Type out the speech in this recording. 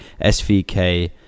SVK